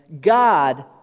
God